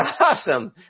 awesome